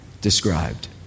described